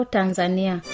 Tanzania